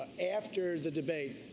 after the debate,